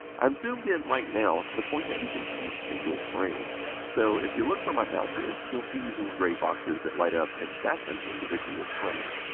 i'm zoomed in right now to the point that you can see single frames. so, if you look where my mouse is, you'll see these little gray boxes that light up, and that's an individual frame.